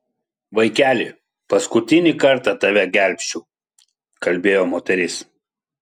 vaikeli paskutinį kartą tave gelbsčiu kalbėjo moteris